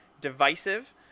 Divisive